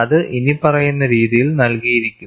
അത് ഇനിപ്പറയുന്ന രീതിയിൽ നൽകിയിരിക്കുന്നു